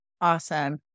Awesome